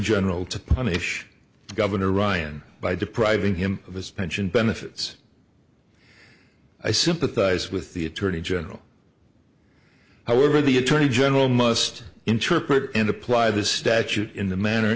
general to punish governor ryan by depriving him of his pension benefits i sympathize with the attorney general however the attorney general must interpret and apply the statute in the manner